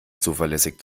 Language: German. zuverlässig